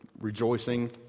rejoicing